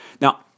Now